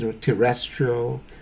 terrestrial